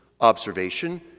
observation